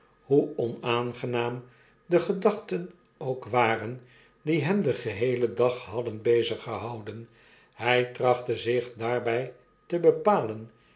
hoe onaangenaam de gedachten ook waren die hem den geheelen dag hadden beziggehouden hjj trachtte zich daarbii te bepalen